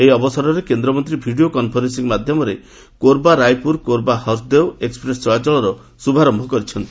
ଏହି ଅବସରରେ କେନ୍ଦ୍ରମନ୍ତ୍ରୀ ଭିଡ଼ିଓ କନ୍ଫରେନ୍ସିଂ ମାଧ୍ୟମରେ କୋର୍ବା ରାୟପୁର କୋର୍ବା ହସ୍ଦେଓ ଏକ୍ଟ୍ରେସ୍ ଚଳାଚଳର ଶୁଭାରମ୍ଭ କରିଛନ୍ତି